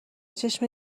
چشم